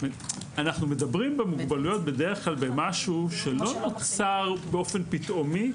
אנחנו מדברים על מוגבלויות שבדרך כלל לא נוצרו באופן פתאומי,